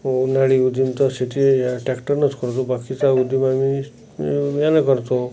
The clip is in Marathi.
उन्हाळी उजिमचा शेती टॅक्टरनंच करतो बाकीचा उद्योग आम्ही यानं करतो